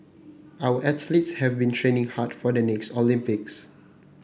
our athletes have been training hard for the next Olympics